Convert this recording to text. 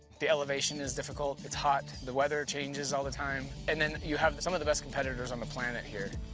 the elevation is difficult, it's hot, the weather changes all the time and then you have some of the best competitors on the planet here.